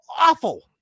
Awful